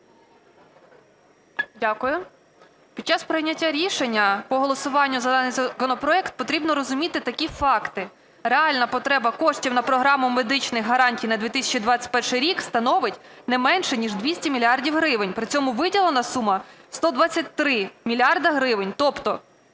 Дякую. Під час прийняття рішення по голосуванню за даний законопроект потрібно розуміти такі факти: реальна потреба коштів на Програму медичних гарантій на 2021 рік становить не менше ніж 200 мільярдів гривень. При цьому виділена сума 123 мільярди гривень, тобто